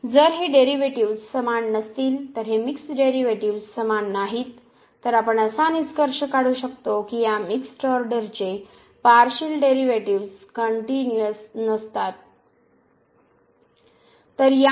जर हे डेरिव्हेटिव्ह्ज समान नसतील तर ही मिक्सड डेरिव्हेटिव्ह्ज समान नाहीत तर आपण असा निष्कर्ष काढू शकतो की या मिक्सड ऑर्डरचे पार्शियल डेरिव्हेटिव्ह्ज कनट्युनिअस नसतात